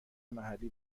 محلی